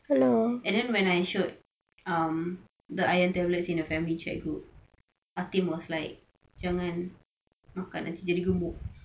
and then when I showed um the iron tablets in the family chat group atin was like jangan makan lah nanti jadi gemuk